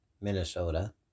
Minnesota